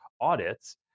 audits